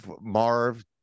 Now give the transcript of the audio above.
Marv